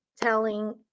telling